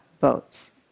votes